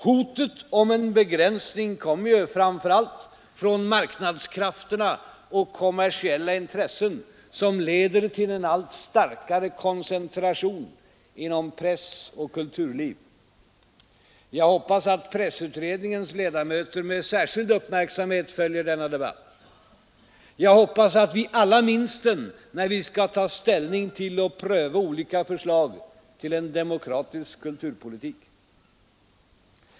Hotet om en begränsning kommer ju framför allt från marknadskrafterna och kommersiella intressen, som leder till en allt starkare koncentration inom press och kulturliv. Jag hoppas att pressutredningens ledamöter med särskild uppmärksamhet följer denna debatt. Jag hoppas att vi alla minns den när vi skall ta ställning till och pröva olika förslag till en demokratisk kulturpolitik.